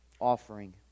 offering